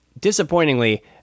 Disappointingly